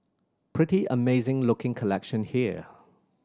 pretty amazing looking collection here